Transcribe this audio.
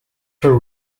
her